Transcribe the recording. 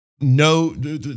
no